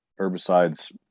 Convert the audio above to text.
herbicides